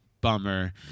bummer